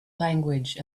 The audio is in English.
language